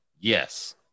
Yes